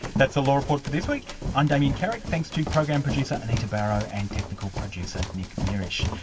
that's the law report for this week. i'm damien carrick. thanks to program producer anita barraud and technical producer nick mierisch